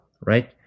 right